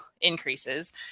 increases